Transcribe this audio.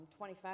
25